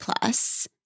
plus